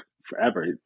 forever